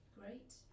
Great